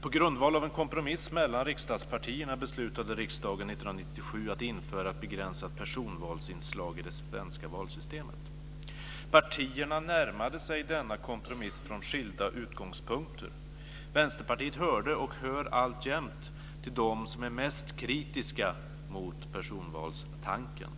"På grundval av en kompromiss mellan riksdagspartierna beslutade riksdagen 1997 att införa ett begränsat personvalsinslag i det svenska valsystemet. Partierna närmade sig denna kompromiss från skilda utgångspunkter. Vänsterpartiet hörde och hör alltjämt till dem som är mest kritiska mot personvalskampen.